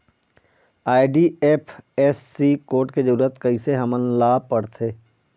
IFSC code के जरूरत कैसे हमन ला पड़थे?